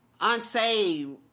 unsaved